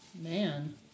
Man